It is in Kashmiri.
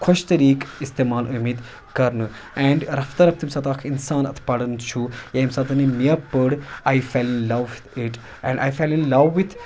خۄش طٔریقہٕ اِستعمال ٲمِتۍ کَرنہٕ اینڈ رفتہ رفتہ ییٚمہِ ساتہٕ اَکھ اِنسان اَتھ پَران چھُ یا ییٚمہِ ساتہٕ مےٚ پٔر I feel love with it and I fell in love with